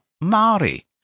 Maori